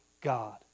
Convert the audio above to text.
God